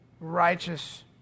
righteous